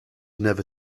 never